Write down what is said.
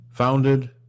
founded